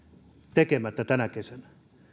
tekemättä tänä kesänä